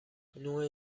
نوع